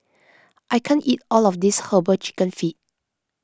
I can't eat all of this Herbal Chicken Feet